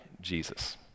Jesus